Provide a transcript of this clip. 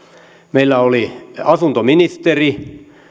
meillä oli asuntoministeri